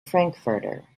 frankfurter